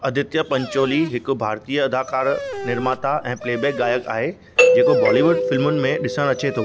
आदित्य पंचोली हिकु भारतीय अदाकार निर्माता ऐं प्लेबैक गायक आहे जेको बॉलीवुड फिल्मुनि में ॾिसण अचे थो